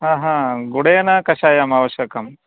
ह हा गुडेन कषायम् आवश्यकं